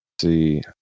See